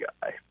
guy